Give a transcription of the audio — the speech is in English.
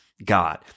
God